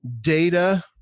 data